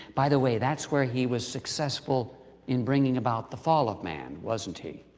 by the way, that's where he was successful in bringing about the fall of man, wasn't he?